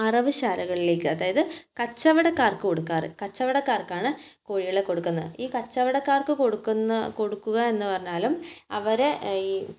അറവുശാലകളിലേക്ക് അതായത് കച്ചവടക്കാർക്ക് കൊടുക്കാറ് കച്ചവടക്കാർക്കാണ് കോഴികളെ കൊടുക്കുന്നത് ഈ കച്ചവടക്കാർക്ക് കൊടുക്കുന്ന കൊടുക്കുക എന്ന് പറഞ്ഞാലും അവരെ ഈ